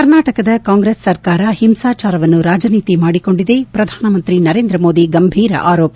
ಕರ್ನಾಟಕದ ಕಾಂಗ್ರೆಸ್ ಸರ್ಕಾರ ಹಿಂಸಾಚಾರವನ್ನು ರಾಜನೀತಿ ಮಾಡಿಕೊಂಡಿದೆ ಪ್ರಧಾನಮಂತ್ರಿ ನರೇಂದ್ರ ಮೋದಿ ಗಂಭೀರ ಆರೋಪ